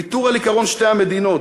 ויתור על עקרון שתי המדינות,